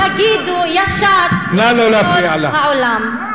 נא לא להפריע לה.